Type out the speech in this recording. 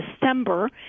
December